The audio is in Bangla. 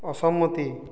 অসম্মতি